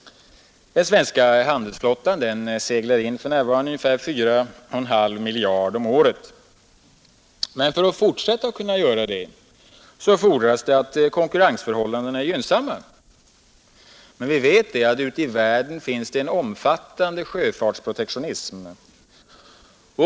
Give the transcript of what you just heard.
Den svenska handelsflottan seglar för närvarande in ungefär 4,5 miljarder kronor om året. Men för att vi skall kunna fortsätta att göra det fordras det att konkurrensförhållandena är gynnsamma. Vi vet emellertid att det ute i världen finns en omfattande sjöfartsprotektionism.